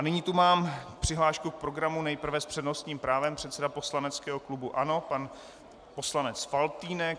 Nyní tu mám přihlášku k programu nejprve s přednostním právem předseda poslaneckého klubu ANO pan poslanec Faltýnek.